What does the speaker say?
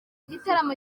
igitaramo